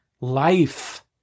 life